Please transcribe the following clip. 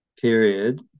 period